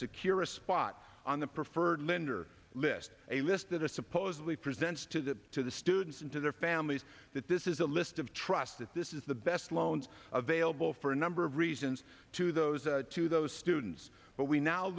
secure a spot on the preferred lender list a list that is supposedly presented to the to the students and to their families that this is a list of trust that this is the best loans available for a number of reasons to those to those students but we now